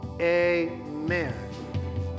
Amen